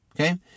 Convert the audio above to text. okay